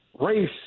race